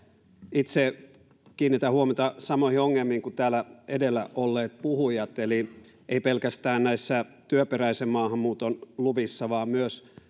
itse kiinnitän huomiota samoihin ongelmiin kuin täällä edellä olleet puhujat eli ei pelkästään näissä työperäisen maahanmuuton luvissa vaan myös